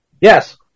Yes